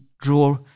draw